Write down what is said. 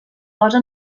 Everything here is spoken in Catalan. posa